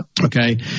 Okay